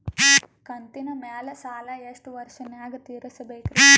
ಕಂತಿನ ಮ್ಯಾಲ ಸಾಲಾ ಎಷ್ಟ ವರ್ಷ ನ್ಯಾಗ ತೀರಸ ಬೇಕ್ರಿ?